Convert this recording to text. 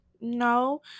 no